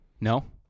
No